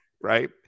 right